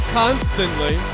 constantly